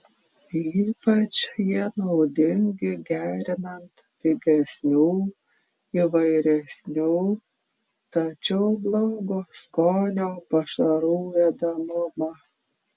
ypač jie naudingi gerinant pigesnių įvairesnių tačiau blogo skonio pašarų ėdamumą